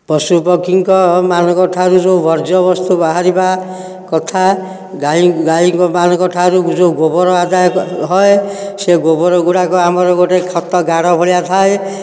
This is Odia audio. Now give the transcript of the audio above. ପଶୁପକ୍ଷୀଙ୍କ ମାନଙ୍କଠାରୁ ଯେଉଁ ବର୍ଜ୍ୟବସ୍ତୁ ବାହାରିବା କଥା ଗାଈ ଗାଈଙ୍କମାନଙ୍କଠାରୁ ଯେଉଁ ଗୋବର ଆଦାୟ ହୁଏ ସେ ଗୋବର ଗୁଡ଼ାକ ଆମର ଗୋଟେ ଖତ ଗାଡ଼ ଭଳିଆ ଥାଏ